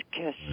kiss